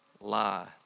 lie